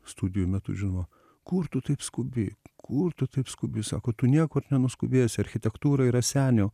studijų metu žinoma kur tu taip skubi kur tu taip skubi sako tu niekur nenuskubėsi architektūra yra senių